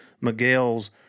Miguel's